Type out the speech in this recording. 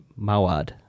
Mawad